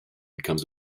becomes